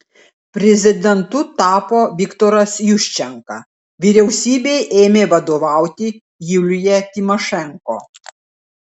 prezidentu tapo viktoras juščenka vyriausybei ėmė vadovauti julija timošenko